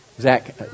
Zach